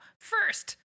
first